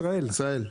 ישראל.